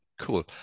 Cool